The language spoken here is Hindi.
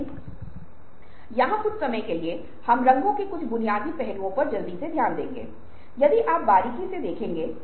असफलताओं के बाद कायम रखने के लिए अन्वेषकों के पास एक आदत है